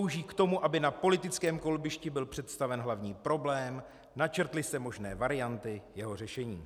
Slouží k tomu, aby na politickém kolbišti byl představen hlavní problém, načrtly se možné varianty jeho řešení.